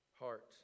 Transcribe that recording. Heart